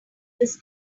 this